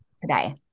today